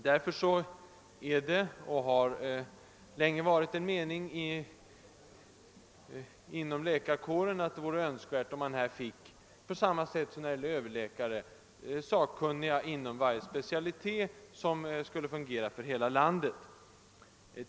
Därför har det länge funnits den uppfattningen inom läkarkåren, att det vore önskvärt att i detta avseende, på samma sätt som när det gäller överläkare, få sakkunniga inom varje specialitet, som skulle fungera för hela landet.